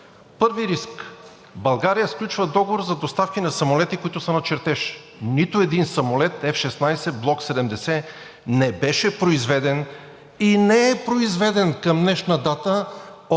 първи риск – България сключва договор за доставки на самолети, които са на чертеж. Нито един самолет F-16 Block 70 не беше произведен и не е произведен към днешна дата от